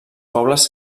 pobles